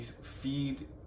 feed